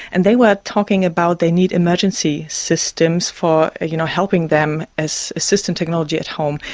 and they were talking about they need emergency systems for, you know, helping them as assistant technology at home.